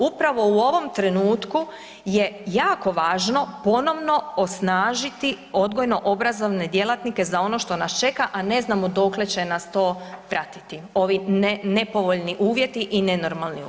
Upravo u ovom trenutku je jako važno ponovno osnažiti odgojno obrazovne djelatnike za ono što nas čeka, a ne znamo dokle će nas to pratiti ovi nepovoljni uvjeti i nenormalni uvjeti.